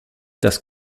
das